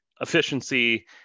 efficiency